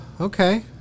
okay